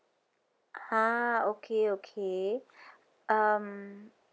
ha okay okay um